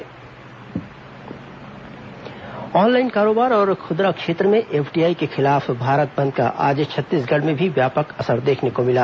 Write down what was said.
भारत बंद ऑनलाइन कारोबार और खुदरा क्षेत्र में एफडीआई के खिलाफ भारत बंद का आज छत्तीसगढ़ में भी व्यापक असर देखने को मिला